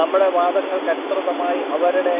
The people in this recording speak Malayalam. നമ്മുടെ വാദങ്ങൾക്ക് അനുസൃതമായി അവരുടെ